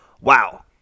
wow